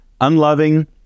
unloving